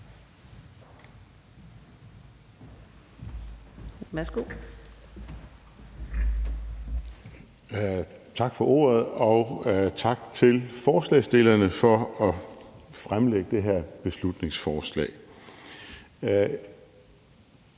Tak for ordet, og tak til forslagsstillerne for at fremsætte det her beslutningsforslag.